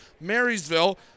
Marysville